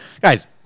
Guys